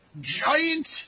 Giant